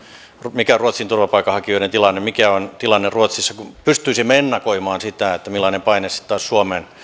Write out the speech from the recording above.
mikä on ruotsin turvapaikanhakijoiden tilanne mikä on tilanne ruotsissa jotta pystyisimme ennakoimaan sitä millainen paine sitten taas suomeen